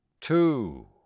Two